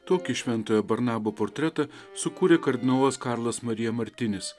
tokį šventojo barnabo portretą sukūrė kardinolas karlas marija martinis